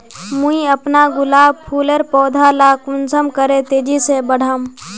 मुई अपना गुलाब फूलेर पौधा ला कुंसम करे तेजी से बढ़ाम?